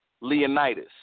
Leonidas